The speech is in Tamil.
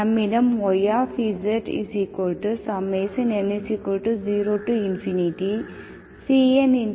நம்மிடம் yzn0cnzn 1z1 உள்ளது